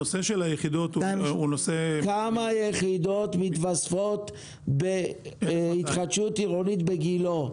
הנושא של היחידות -- כמה יחידות מיתוספות בהתחדשות עירונית בגילה?